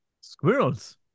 Squirrels